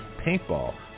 paintball